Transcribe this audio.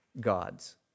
gods